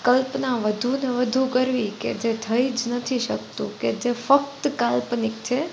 કલ્પના વધુને વધુ કરવી કે જે થઈ જ નથી શકતું કે જે ફક્ત કાલ્પનિક છે